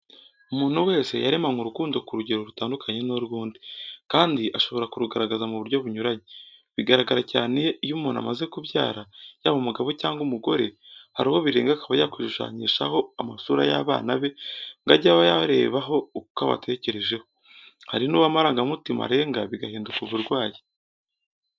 Umuntu wese yaremanywe urukundo ku rugero rutandukanye n'urw'undi, kandi ashobora kurugaragaza mu buryo bunyuranye. Bigaragara cyane iyo umuntu amaze kubyara, yaba umugabo cyangwa umugore, hari uwo birenga akaba yakwishushanyishaho amasura y'abana be ngo ajye ayarebaho uko abatekerejeho, hari n'uwo amarangamutima arenga bigahinduka uburwayi.